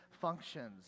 functions